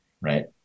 right